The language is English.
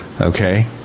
okay